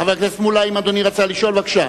חבר הכנסת מולה, אם אדוני רצה לשאול, בבקשה.